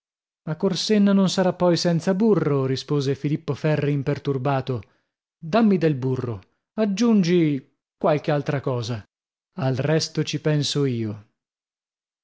ma corsenna non sarà poi senza burro rispose filippo ferri imperturbato dammi del burro aggiungi qualche altra cosa al resto ci penso io